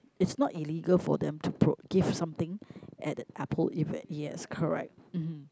it's not illegal for them to put give something at the Apple event yes correct uh